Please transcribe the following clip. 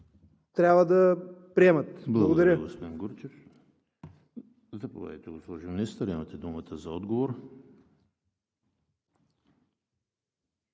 трябва да приемат. Благодаря.